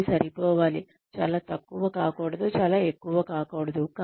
ఇది సరిపోవాలి చాలా తక్కువ కాకూడదు చాలా ఎక్కువ కాకూడదు